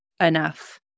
enough